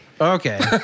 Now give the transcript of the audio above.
okay